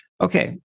Okay